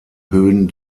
höhen